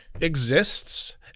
exists